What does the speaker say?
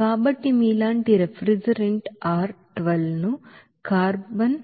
కాబట్టి మీలాంటి refrigerant R 12 ను కార్బన్